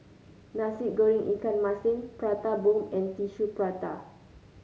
Nasi Goreng Ikan Masin Prata Bomb and Tissue Prata